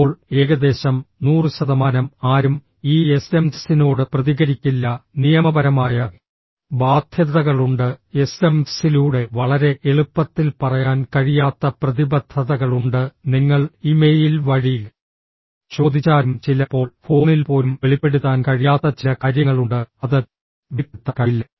ഇപ്പോൾ ഏകദേശം 100 ശതമാനം ആരും ഈ എസ്എംഎസിനോട് പ്രതികരിക്കില്ല നിയമപരമായ ബാധ്യതകളുണ്ട് എസ്എംഎസിലൂടെ വളരെ എളുപ്പത്തിൽ പറയാൻ കഴിയാത്ത പ്രതിബദ്ധതകളുണ്ട് നിങ്ങൾ ഇമെയിൽ വഴി ചോദിച്ചാലും ചിലപ്പോൾ ഫോണിൽ പോലും വെളിപ്പെടുത്താൻ കഴിയാത്ത ചില കാര്യങ്ങളുണ്ട് അത് വെളിപ്പെടുത്താൻ കഴിയില്ല